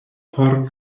por